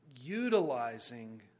utilizing